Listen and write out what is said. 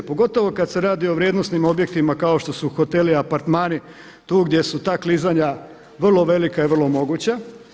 Pogotovo kada se radi o vrijednosnim objektima kao što su hoteli, apartmani tu gdje su ta klizanja vrlo velika i vrlo moguća.